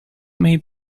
may